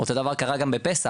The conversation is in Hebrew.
אותו דבר קרה גם בפסח,